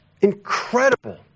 Incredible